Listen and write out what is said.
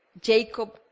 Jacob